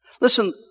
Listen